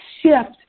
shift